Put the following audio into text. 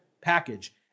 package